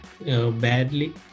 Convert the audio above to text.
badly